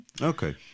okay